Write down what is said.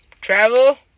travel